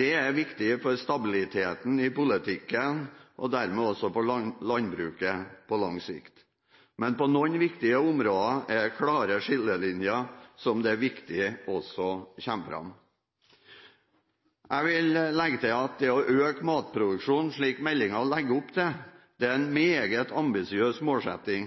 Det er viktig for stabiliteten i politikken og dermed også for landbruket på lang sikt. Men på noen viktige områder er det klare skillelinjer som det er viktig også kommer fram. Jeg vil legge til at det å øke matproduksjonen slik meldingen legger opp til, er en meget ambisiøs målsetting.